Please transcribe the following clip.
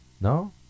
No